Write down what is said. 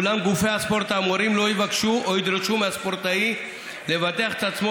אולם גופי הספורט האמורים לא יבקשו או ידרשו מהספורטאי לבטח את עצמו